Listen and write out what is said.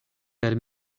per